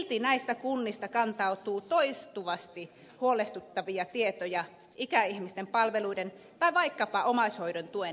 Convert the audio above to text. silti näistä kunnista kantautuu toistuvasti huolestuttavia tietoja ikäihmisten palveluiden tai vaikkapa omaishoidon tuen leikkaamisesta